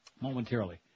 momentarily